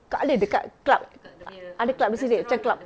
dekat mana dekat club ada club kat sini macam club